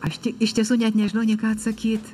aš tai iš tiesų net nežinau nė ką atsakyt